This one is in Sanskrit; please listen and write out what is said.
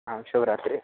आं शुभरात्रिः